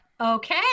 Okay